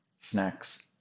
Snacks